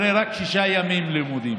הרי יש רק שישה ימי לימודים.